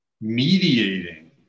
mediating